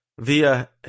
Via